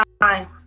time